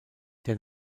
der